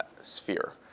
sphere